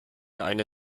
eine